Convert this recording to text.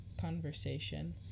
conversation